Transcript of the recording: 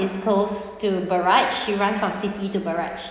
east coast to barrage she run from city to barrage